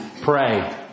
Pray